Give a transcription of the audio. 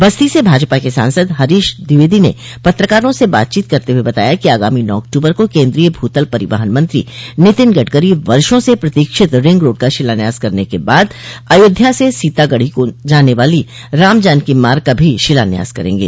बस्ती से भाजपा के सांसद हरीश द्विवेदी ने पत्रकारों से बातचीत करते हुए बताया कि आगामी नौ अक्टूबर को केन्द्रीय भूतल परिवहन मंत्री नितिन गडकरी वर्षो से प्रतोक्षित रिंग रोड का शिलान्यास करने के बाद अयोध्या से सीतामढ़ी को जाने वाली रामजानकी मार्ग का भी शिलान्यास करेंगे